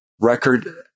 record